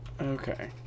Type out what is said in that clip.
Okay